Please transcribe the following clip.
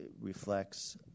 reflects